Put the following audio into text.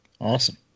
Awesome